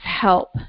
help